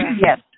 yes